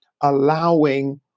allowing